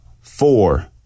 four